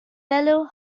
belo